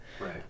Right